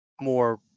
more